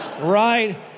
right